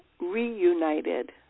reunited